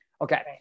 Okay